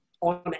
on